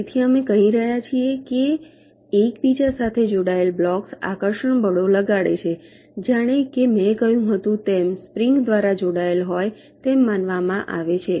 તેથી અમે કહી રહ્યા છીએ કે એકબીજા સાથે જોડાયેલા બ્લોક્સ આકર્ષણ બળો લગાડે છે જાણે કે મેં કહ્યું હતું તેમ સ્પ્રિંગ દ્વારા જોડાયેલા હોય તેમ માનવામાં આવે છે